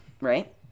Right